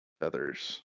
feathers